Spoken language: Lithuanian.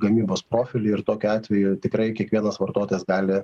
gamybos profilį ir tokiu atveju tikrai kiekvienas vartotojas gali